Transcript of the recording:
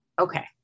Okay